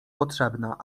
potrzebna